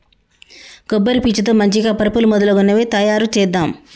కొబ్బరి పీచు తో మంచిగ పరుపులు మొదలగునవి తాయారు చేద్దాం